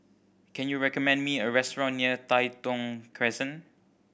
can you recommend me a restaurant near Tai Thong Crescent